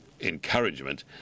encouragement